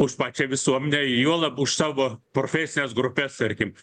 už pačią visuomenę juolab už savo profesines grupes tarkim